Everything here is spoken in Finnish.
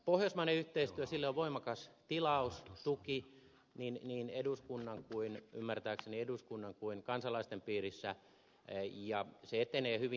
pohjoismaiselle yhteistyölle on voimakas tilaus ja tuki ymmärtääkseni niin eduskunnan kuin kansalaisten piirissä ja se etenee hyvin